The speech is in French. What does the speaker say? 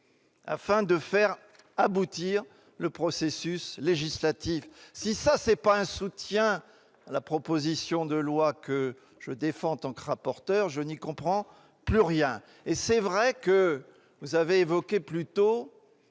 afin de laisser aboutir le processus législatif ». Si, ça, ce n'est pas un soutien à la proposition de loi que je défends en tant que rapporteur, je n'y comprends plus rien ! C'est vrai, vous évoquiez plutôt